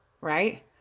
right